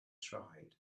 tried